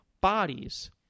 bodies